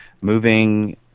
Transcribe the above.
moving